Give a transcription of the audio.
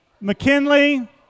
McKinley